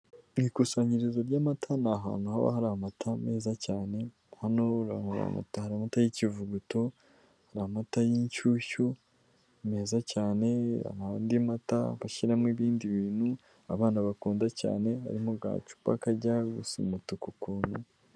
Mu ikusanyirizo ry'amata ni ahantu haba hari amata meza cyane nka urata amata y'ikivuguto, hari amata y'inshyushyu meza cyane andi mata bashyiramo ibindi bintu abana bakunda cyane bari mu gacupa kajya gusa umutu ukuntu.